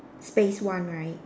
space one right